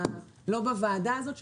לא בוועדה הזאת,